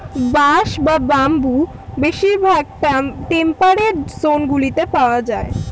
বাঁশ বা বাম্বু বেশিরভাগ টেম্পারেট জোনগুলিতে পাওয়া যায়